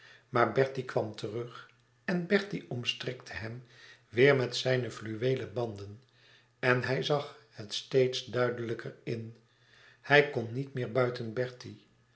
maar bertie kwam terug en bertie omstrikte hem weêr met zijne fluweelen banden en hij zag het steeds duidelijker in hij kon niet meer buiten bertie